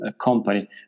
company